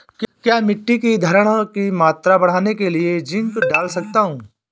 क्या मिट्टी की धरण की मात्रा बढ़ाने के लिए जिंक डाल सकता हूँ?